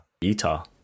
Utah